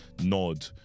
nod